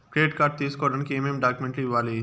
credit card తీసుకోడానికి ఏమేమి డాక్యుమెంట్లు ఇవ్వాలి